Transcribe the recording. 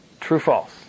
true-false